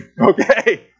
Okay